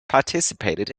participated